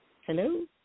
Hello